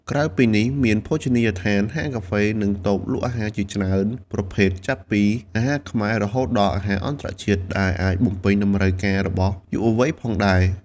ក្រៅពីនេះ មានភោជនីយដ្ឋាន ហាងកាហ្វេ និងតូបលក់អាហារជាច្រើនប្រភេទ ចាប់ពីអាហារខ្មែរ រហូតដល់អាហារអន្តរជាតិ ដែលអាចបំពេញតម្រូវការរបស់យុវវ័យផងដែរ។